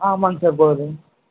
ஆ ஆமாங்க சார் போகுது